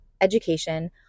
education